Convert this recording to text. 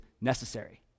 necessary